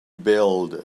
build